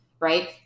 Right